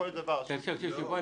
שאול,